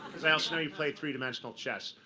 because i also know you play three-dimensional chess,